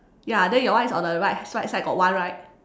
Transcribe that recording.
ya then your one is on the right side got one right